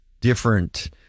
different